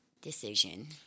decision